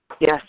yes